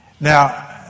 Now